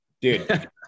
Dude